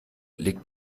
liegt